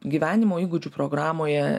gyvenimo įgūdžių programoje